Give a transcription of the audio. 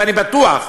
ואני בטוח,